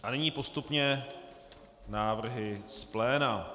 A nyní postupně návrhy z pléna.